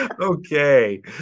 Okay